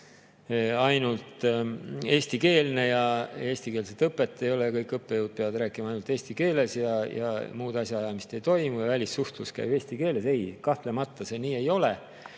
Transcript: ainult eestikeelne ja [muu]keelset õpet ei ole, kõik õppejõud peavad rääkima ainult eesti keeles, muud asjaajamist ei toimu ja välissuhtlus käib eesti keeles – ei, kahtlemata see nii ei ole.